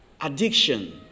addiction